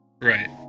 Right